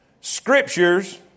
Scriptures